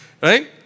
Right